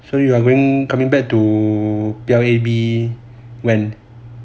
so you are going coming back to P_I_A_B when